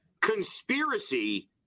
conspiracy